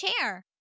chair